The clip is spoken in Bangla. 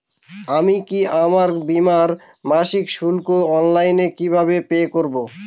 আমি কি আমার বীমার মাসিক শুল্ক অনলাইনে কিভাবে পে করব?